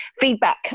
feedback